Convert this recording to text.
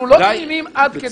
אנחנו לא תמימים עד כדי כך.